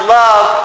love